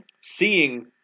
seeing